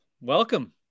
welcome